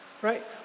right